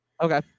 Okay